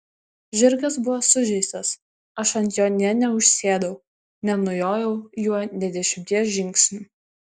žirgas buvo sužeistas aš ant jo nė neužsėdau nenujojau juo nė dešimties žingsnių